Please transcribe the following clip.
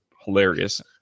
hilarious